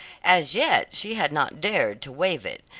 as yet she had not dared to wave it,